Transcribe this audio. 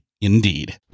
Indeed